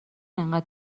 اینقدر